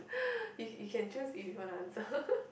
you you can choose if you wanna answer